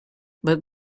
but